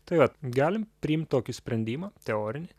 tai vat galim priimt tokį sprendimą teorinį